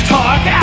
Talk